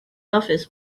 office